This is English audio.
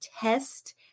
test